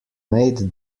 made